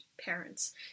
parents